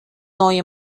neue